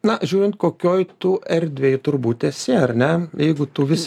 na žiūrint kokioj tu erdvėj turbūt esi ar ne jeigu tu vis